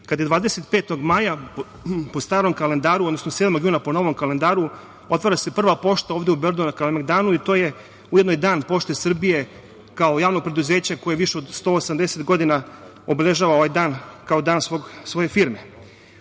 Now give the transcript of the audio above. kada se 25. maja, po starom kalendaru, odnosno 7. juna, po novom kalendaru, otvara prva pošta ovde u Beogradu na Kalemegdanu, i to je ujedno i dan „Pošte Srbije“, kao javnog preduzeća koje više od 180 godina obeležava ovaj dan, kao dan svoje firme.„Pošta